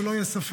שלא יהיה ספק: